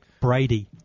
Brady